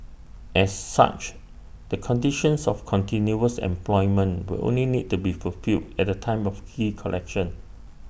as such the conditions of continuous employment will only need to be fulfilled at the time of key collection